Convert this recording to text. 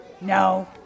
No